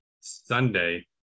Sunday